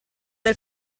del